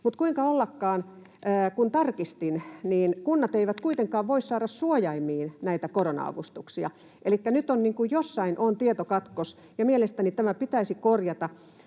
kun tarkistin, niin kunnat eivät kuitenkaan voi saada suojaimiin näitä korona-avustuksia. Elikkä nyt on jossain tietokatkos, ja mielestäni tämä pitäisi korjata,